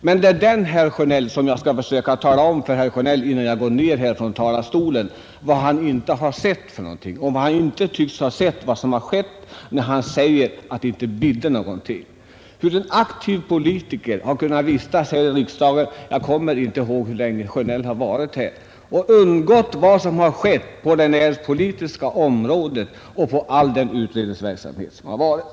Beträffande det sistnämnda området vill jag emellertid innan jag stiger ned från denna talarstol berätta för herr Sjönell vad som tydligen har gått honom förbi, eftersom han sade att det därvidlag inte ”bidde” något. Man kan undra hur en aktiv politiker, som vistats här i riksdagen under så lång tid som herr Sjönell, kan ha undgått att se vad som skett på det näringspolitiska området liksom all den utbildningsverksamhet som där bedrivits.